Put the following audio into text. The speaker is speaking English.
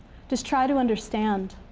just try to understand.